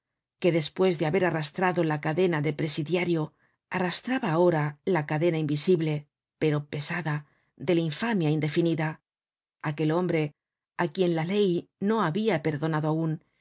que despues de haber arrastrado la cadena de presidiario arrastraba aliora la cadena invisible pero pesada de la infamia indefinida aquel hombre á quien la ley no habia perdonado aun y que